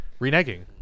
Reneging